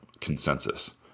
consensus